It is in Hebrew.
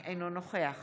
אינו נוכח